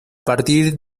partir